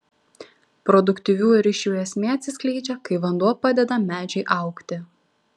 produktyvių ryšių esmė atsiskleidžia kai vanduo padeda medžiui augti